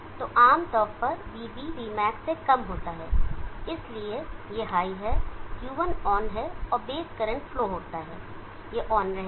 तो आम तौर पर vB vmax से कम होता है इसलिए यह हाई है Q1 ऑन है और बेस करंट फ्लो होता है यह ऑन रहेगा